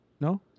No